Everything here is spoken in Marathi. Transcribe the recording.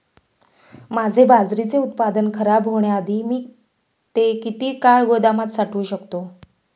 माझे बाजरीचे उत्पादन खराब होण्याआधी मी ते किती काळ गोदामात साठवू शकतो?